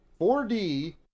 4D